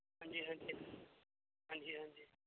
ਹਾਂਜੀ ਹਾਂਜੀ ਹਾਂਜੀ ਹਾਂਜੀ